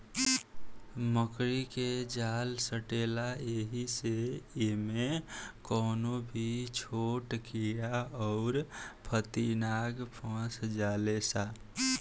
मकड़ी के जाल सटेला ऐही से इमे कवनो भी छोट कीड़ा अउर फतीनगा फस जाले सा